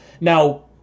Now